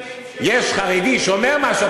אם יש חרדי שאומר משהו,